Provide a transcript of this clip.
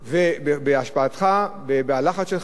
להביא לכך שזה ייכנס לסעיפים בתוך החוק.